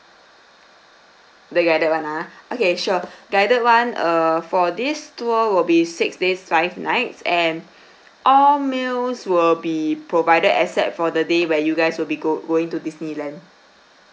the guided [one] ah okay sure guided [one] err for this tour will be six days five nights and all meals will be provided except for the day where you guys will be go going to disneyland